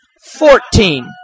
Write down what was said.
Fourteen